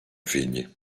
figli